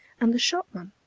and the shopman,